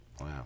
Wow